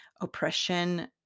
oppression